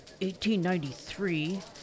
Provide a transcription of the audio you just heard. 1893